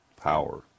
power